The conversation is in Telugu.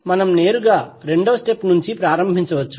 మనము నేరుగా రెండవ స్టెప్ నుండి ప్రారంభించవచ్చు